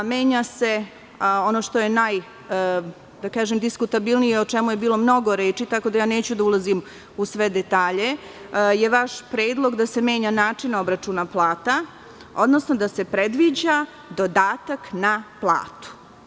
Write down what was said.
Menja se, ono što je najdiskutabilnije, o čemu je bilo mnogo reči, tako da neću da ulazim u sve detalje, je vaš predlog da se menja način obračuna plata, odnosno da se predviđa dodatak na platu.